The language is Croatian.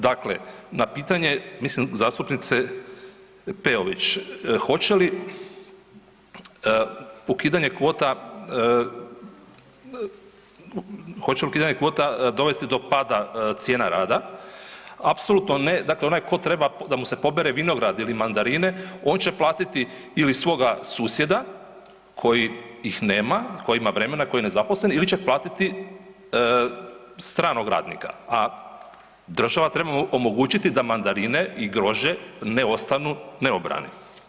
Dakle, na pitanje, mislim, zastupnice Peović, hoće li ukidanje kvota, hoće li ukidanje kvota dovesti do pada cijena rada, apsolutno ne, dakle onaj tko treba da mu se pobere vinograd ili mandarine, on će platiti ili svoga susjeda koji ih nema, koji ima vremena, koji je nezaposlen, ili će platiti stranog radnika, a država treba omogućiti da mandarine i grožđe ne ostanu neobrani.